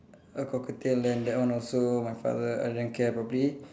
a cockatiel then that one also my father uh didn't care properly